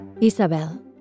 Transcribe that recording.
Isabel